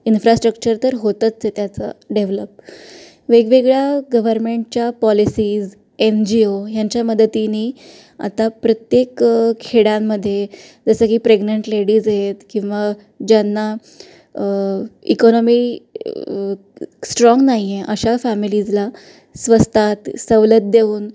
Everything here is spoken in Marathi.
इन्फ्रास्ट्रक्चर तर होतच आहे त्याचं डेव्हलप वेगवेगळ्या गव्हर्मेंटच्या पॉलिसीज एन जी ओ ह्यांच्या मदतीने आता प्रत्येक खेडांमध्ये जसं की प्रेग्नंट लेडीज आहेत किंवा ज्यांना इकॉनॉमी स्ट्राँग नाही आहे अशा फॅमिलीजला स्वस्तात सवलत देऊन